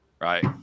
right